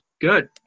Good